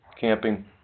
Camping